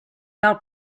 tal